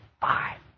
five